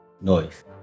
noise